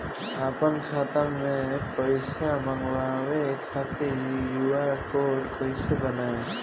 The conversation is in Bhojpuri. आपन खाता मे पईसा मँगवावे खातिर क्यू.आर कोड कईसे बनाएम?